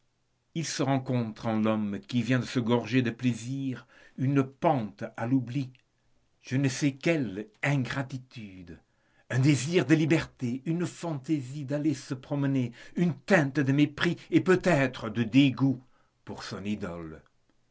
il se rencontre en l'homme qui vient de se gorger de plaisir une pente à l'oubli je ne sais quelle ingratitude un désir de liberté une fantaisie d'aller se promener une teinte de mépris et peut-être de dégoût pour son idole